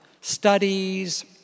studies